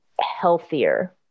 healthier